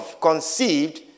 conceived